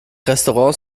restaurants